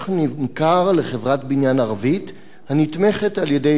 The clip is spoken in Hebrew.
השטח נמכר לחברת בניין ערבית הנתמכת על-ידי